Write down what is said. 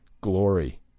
glory